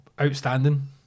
outstanding